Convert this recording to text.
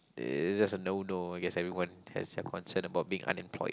it's just a no no I guess everyone has their concern about being unemployed